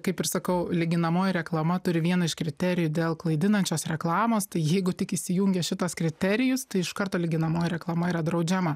kaip ir sakau lyginamoji reklama turi vieną iš kriterijų dėl klaidinančios reklamos tai jeigu tik įsijungia šitas kriterijus tai iš karto lyginamoji reklama yra draudžiama